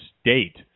State